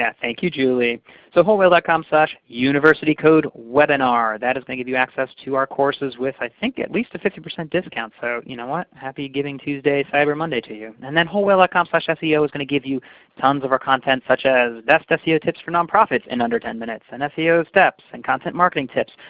yeah thank you, julie. so wholewhale dot com slash university code webinar. that is going to give you access to our courses with, i think, at least a fifty percent discount. so you know what? happy giving tuesday, cyber monday to you. and then wholewhale dot ah com slash seo is going to give you tons of our content, such as best seo tips for nonprofits in under ten minutes and seo steps and content marketing tips.